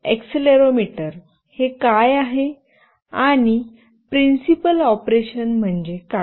accelerometer हे काय आहे आणि प्रिंसिपल ऑपरेशन म्हणजे काय